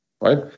right